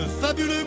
fabuleux